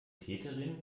täterin